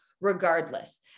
regardless